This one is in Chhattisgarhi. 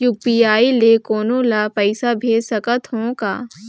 यू.पी.आई ले कोनो ला पइसा भेज सकत हों का?